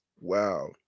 Wow